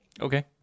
Okay